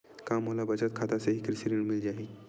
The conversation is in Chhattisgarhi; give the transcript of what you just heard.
का मोला बचत खाता से ही कृषि ऋण मिल जाहि?